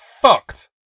fucked